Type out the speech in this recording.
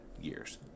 years